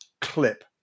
clip